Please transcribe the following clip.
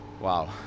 Wow